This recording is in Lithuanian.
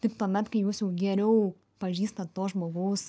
tik tuomet kai jūs jau geriau pažįstat to žmogaus